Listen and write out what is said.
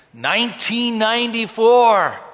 1994